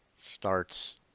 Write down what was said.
starts